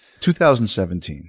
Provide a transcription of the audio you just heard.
2017